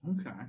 Okay